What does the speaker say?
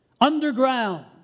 underground